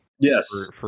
Yes